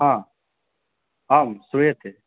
आं श्रूयते